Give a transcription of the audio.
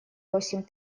восемь